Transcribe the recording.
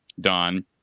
Don